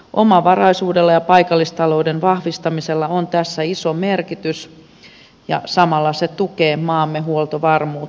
omavaraisuudella ja paikallistalouden vahvistamisella on tässä iso merkitys ja samalla se tukee maamme huoltovarmuutta